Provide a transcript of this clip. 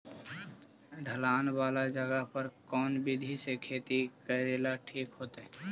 ढलान वाला जगह पर कौन विधी से खेती करेला ठिक होतइ?